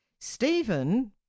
Stephen